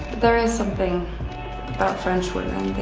there is something about french women.